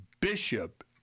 Bishop